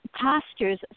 postures